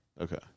Okay